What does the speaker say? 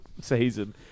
season